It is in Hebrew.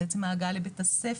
עצם ההגעה לבית הספר,